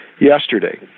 yesterday